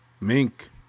Mink